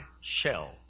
shell